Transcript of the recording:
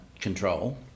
control